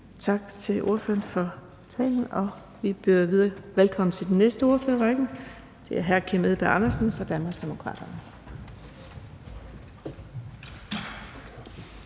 Tak til ordføreren for talen. Vi byder velkommen til den næste ordfører i rækken, og det er hr. Kim Edberg Andersen fra Danmarksdemokraterne.